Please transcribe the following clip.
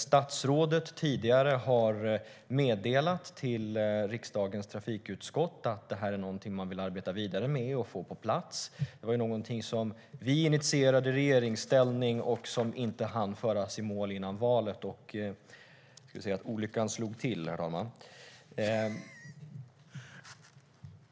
Statsrådet har tidigare meddelat till riksdagens trafikutskott att detta är någonting som man vill arbeta vidare med och få på plats. Det var någonting som vi initierade i regeringsställning och som vi inte hann föra i mål före valet. Man kan säga att olyckan slog till.